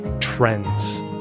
trends